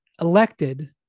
elected